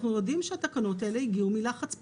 אנחנו יודעים שהתקנות האלה הגיעו מלחץ פוליטי,